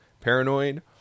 Paranoid